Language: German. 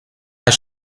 herr